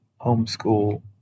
homeschool